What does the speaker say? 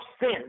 sin